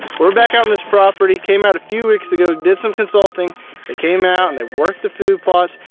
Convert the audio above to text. we're back out on this property, came out a few weeks ago, did some consulting and ah came out, and they worked the food plots.